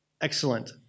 excellent